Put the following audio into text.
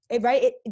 right